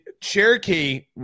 Cherokee